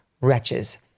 Wretches